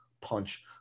punch